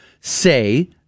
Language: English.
say